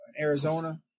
Arizona